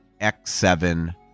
X7